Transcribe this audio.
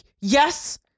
yes